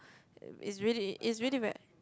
it's really it's really ver~